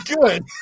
good